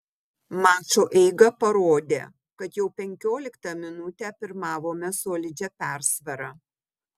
mačo eiga parodė kad jau penkioliktą minutę pirmavome solidžia persvara